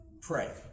pray